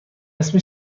اسم